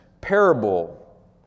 parable